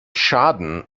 schaden